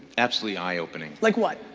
absolutely eye-opening. like what?